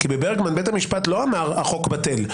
בברגמן בית המשפט לא אמר שהחוק בטל.